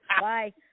Bye